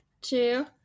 two